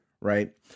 right